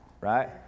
Right